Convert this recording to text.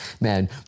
man